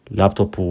laptop